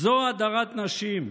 זו הדרת נשים,